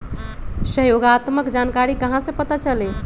सहयोगात्मक जानकारी कहा से पता चली?